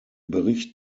bericht